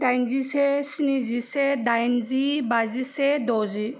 दाइनजिसे स्निजिसे दाइनजि बाजिसे दजि